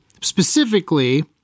specifically